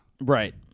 Right